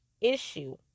issue